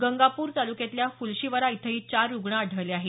गंगापूर तालुक्यातल्या फुलशिवरा इथंही चार रुग्ण आढळले आहेत